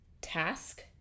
task